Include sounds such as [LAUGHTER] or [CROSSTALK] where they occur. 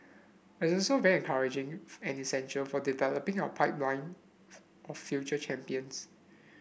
[UNINTELLIGIBLE] this is very encouraging and essential for developing our pipeline of future champions